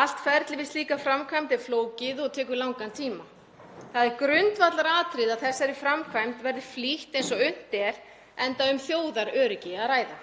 Allt ferlið við slíka framkvæmd er flókið og tekur langan tíma. Það er grundvallaratriði að þessari framkvæmd verði flýtt eins og unnt er, enda um þjóðaröryggi að ræða.